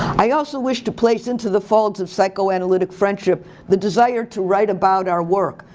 i also wish to place into the folds of psychoanalytic friendship the desire to write about our work,